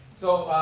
so,